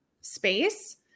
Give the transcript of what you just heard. space